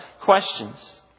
questions